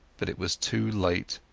but it was too late.